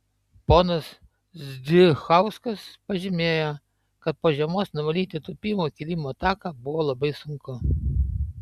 ponas zdzichauskas pažymėjo kad po žiemos nuvalyti tūpimo kilimo taką buvo labai sunku